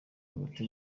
hagati